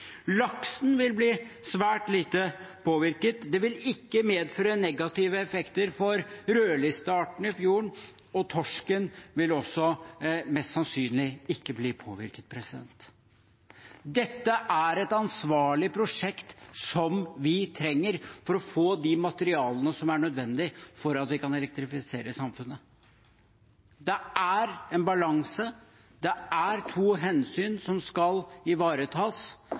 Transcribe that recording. Laksen vil bli svært lite påvirket. Det vil ikke medføre negative effekter for rødlisteartene i fjorden, og også torsken vil mest sannsynlig ikke bli påvirket. Dette er et ansvarlig prosjekt som vi trenger for å få de materialene som er nødvendig for at vi kan elektrifisere samfunnet. Det er en balanse, det er to hensyn som skal ivaretas.